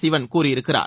சிவன் கூறியிருக்கிறார்